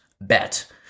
bet